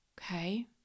Okay